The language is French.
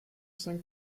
cinq